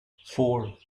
four